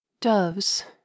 Doves